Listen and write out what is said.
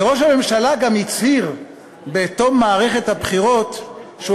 וראש הממשלה גם הצהיר בתום מערכת הבחירות שהוא